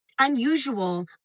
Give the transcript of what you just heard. unusual